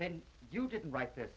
then you just write that